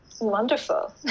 wonderful